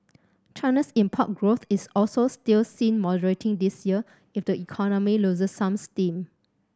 China's import growth is also still seen moderating this year if the economy loses some steam